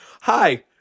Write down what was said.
Hi